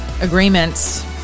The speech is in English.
agreements